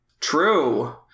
True